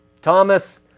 Thomas